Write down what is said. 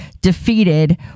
defeated